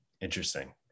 Interesting